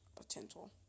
potential